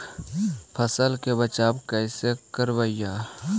फसल के बचाब कैसे करबय?